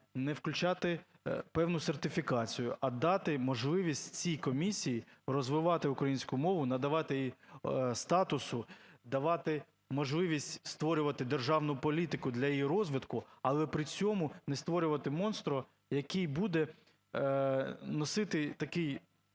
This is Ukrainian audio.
не включати певну сертифікацію, а дати можливість цій комісії розвивати українську мову, надавати їй статусу, давати можливість створювати державну політику для її розвитку, але при цьому не створювати монстра, який буде носити такий